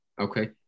Okay